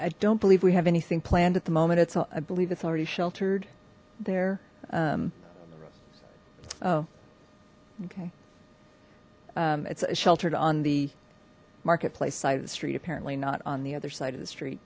i don't believe we have anything planned at the moment it's all i believe it's already sheltered there oh okay it's a sheltered on the marketplace side of the street apparently not on the other side of the street